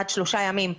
עד שלושה ימים,